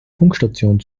funkstation